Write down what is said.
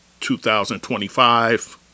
2025